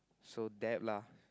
so that lah